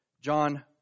John